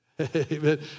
Amen